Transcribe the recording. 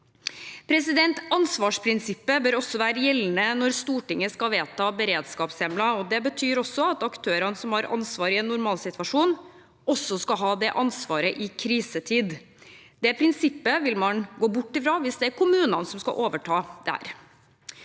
Ansvarsprinsippet bør også være gjeldende når Stortinget skal vedta beredskapshjemler. Det betyr at aktørene som har ansvaret i en normalsituasjon, også skal ha ansvaret i krisetid. Det prinsippet vil man gå bort ifra hvis det er kommunene som skal overta.